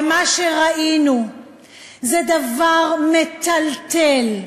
ומה שראינו זה דבר מטלטל,